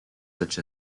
such